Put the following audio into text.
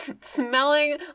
smelling